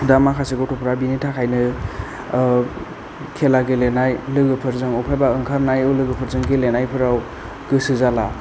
दा माखासे गथ'फोरा बिनि थाखायनो खेला गेलेनाय लोगोफोरजों बबेयावबा ओंंखारनाय लोगोफोरजों गेलेनायाव गोसो जाला